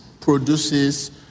produces